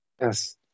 yes